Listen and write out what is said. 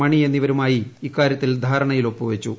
മണി എന്നിവരുമായി ഇക്കാര്യത്തിൽ ധാരണയില്ലൊപ്പുവച്ചു